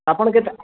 ଆପଣ କେତେ